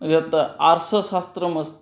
यत् आर्षशास्त्रम् अस्ति